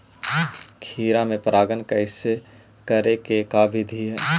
खिरा मे परागण करे के का बिधि है?